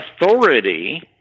authority